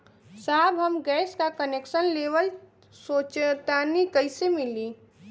साहब हम गैस का कनेक्सन लेवल सोंचतानी कइसे मिली?